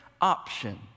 option